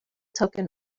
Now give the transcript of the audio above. token